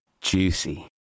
juicy